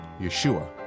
Yeshua